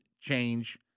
change